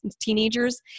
teenagers